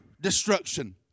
destruction